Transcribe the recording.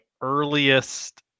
earliest